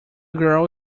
girl